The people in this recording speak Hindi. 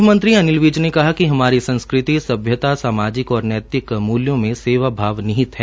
ग़ह मंत्री अनिल विज ने कहा कि हमारी संस्कृति सभ्यता सामाजिक और नैतिक मूल्यों में सेवा भाव निहित है